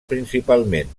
principalment